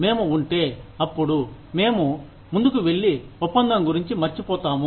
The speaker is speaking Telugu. మేము ఉంటే అప్పుడు మేము ముందుకు వెళ్లి ఒప్పందం గురించి మర్చిపోతాము